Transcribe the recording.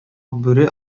бүре